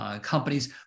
Companies